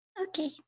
Okay